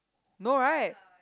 no right